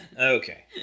Okay